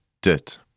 dit